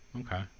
Okay